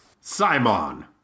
Simon